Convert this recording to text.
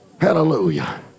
hallelujah